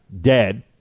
dead